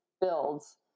builds